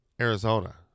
Arizona